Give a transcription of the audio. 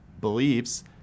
beliefs